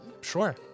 Sure